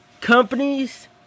companies